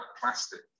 plastic